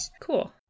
cool